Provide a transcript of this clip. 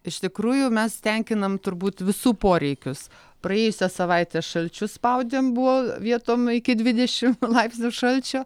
iš tikrųjų mes tenkinam turbūt visų poreikius praėjusią savaitę šalčiu spaudėm buvo vietom iki dvidešim laipsnių šalčio